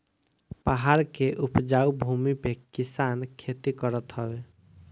पहाड़ के उपजाऊ भूमि पे किसान खेती करत हवे